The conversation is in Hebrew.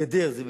גדר זה,